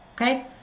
okay